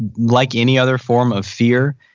like any other form of fear,